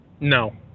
No